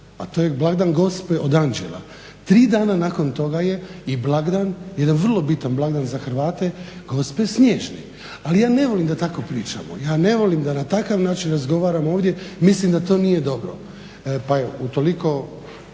a to je blagdan Gospe od anđela, tri dana nakon toga je i blagdan, jedan vrlo bitan blagdan za Hrvate Gospe snježne. Ali ja ne volim da tako pričamo, ja ne volim da na takav način razgovaramo ovdje. Mislim da to nije dobro. Pa evo, utoliko